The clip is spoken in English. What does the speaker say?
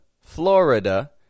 Florida